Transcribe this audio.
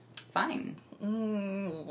Fine